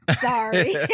Sorry